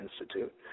Institute